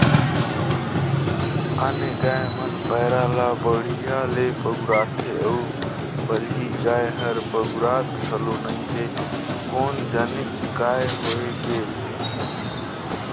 आने गाय मन पैरा ला बड़िहा ले पगुराथे अउ बलही गाय हर पगुरात घलो नई हे कोन जनिक काय होय गे ते